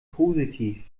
positiv